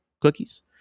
cookies